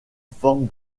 forme